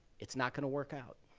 it's not going to work out.